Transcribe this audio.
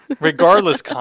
Regardless